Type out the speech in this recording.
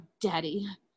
Daddy